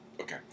Okay